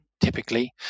typically